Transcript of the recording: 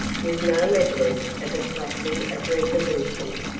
with no evidence of a slackening of resolution,